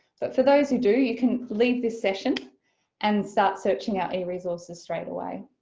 but for those who do you can leave this session and start searching our eresources straight away.